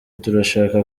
turashaka